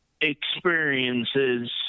experiences